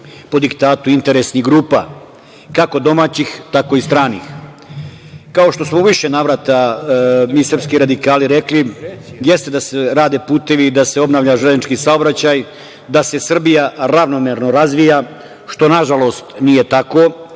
po diktatu interesnih grupa, kako domaćih, tako i stranih. Kao što smo u više navrata, mi srpski radikali rekli, jeste da se rade putevi, da se obnavlja železnički saobraćaj, da se Srbija ravnomerno razvija, što nažalost nije tako,